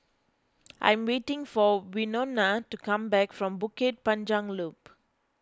I'm waiting for Winona to come back from Bukit Panjang Loop